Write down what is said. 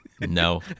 No